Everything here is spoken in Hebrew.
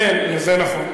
כן, זה נכון.